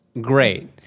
great